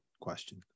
question